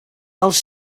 els